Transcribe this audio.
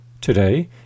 Today